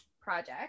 project